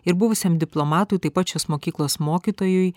ir buvusiam diplomatui taip pat šios mokyklos mokytojui